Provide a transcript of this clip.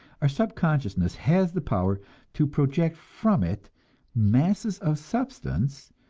our subconsciousness has the power to project from it masses of substance,